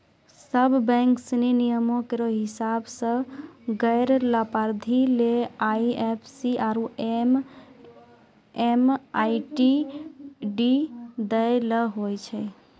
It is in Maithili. सब बैंक सिनी नियमो केरो हिसाब सें गैर लाभार्थी ले आई एफ सी आरु एम.एम.आई.डी दै ल होय छै